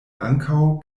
ankaŭ